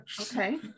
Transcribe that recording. Okay